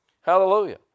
Hallelujah